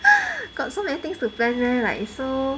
got so many things to plan meh like so